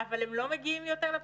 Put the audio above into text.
אבל הם לא מגיעים יותר לפנימית?